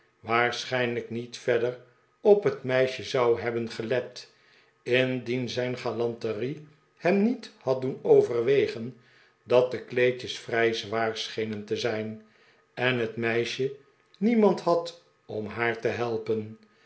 waarschijnlijk niet verder op het meisje zou hebben gelet indien zijn galanterie hem niet had doen overwegen dat de kleedjes vrij zwaar schenen te zijn en het meisje niemand had om haar te helpen